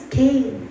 came